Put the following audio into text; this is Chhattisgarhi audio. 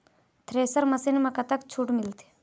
थ्रेसर मशीन म कतक छूट मिलथे?